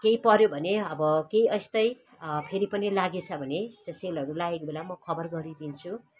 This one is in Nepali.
केही पऱ्यो भने अब केही यस्तै फेरि पनि लागेछ भने सेलहरू लागेको बेला म खबर गरिदिन्छु